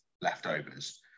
leftovers